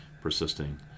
persisting